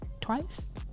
Twice